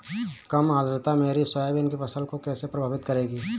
कम आर्द्रता मेरी सोयाबीन की फसल को कैसे प्रभावित करेगी?